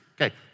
Okay